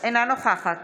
אינה נוכחת